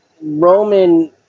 Roman